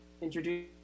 introduce